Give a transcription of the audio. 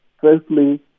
Firstly